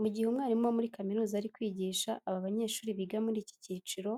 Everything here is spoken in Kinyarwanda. Mu gihe umwarimu wo muri kaminuza ari kwigisha aba banyeshuri biga muri iki cyiciro,